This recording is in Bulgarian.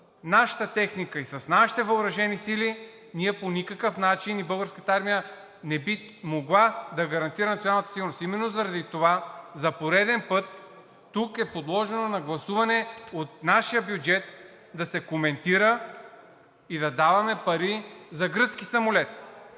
нашата техника и нашите въоръжени сили, ние по никакъв начин и Българската армия не би могла да гарантира националната сигурност. Именно заради това за пореден път тук е подложено на гласуване от нашия бюджет да се коментира и да даваме пари за гръцки самолет.